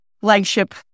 flagship